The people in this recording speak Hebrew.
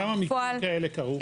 כמה מקרים כאלה קרו?